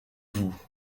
vous